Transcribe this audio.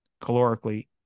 calorically